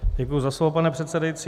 Děkuji za slovo, pane předsedající.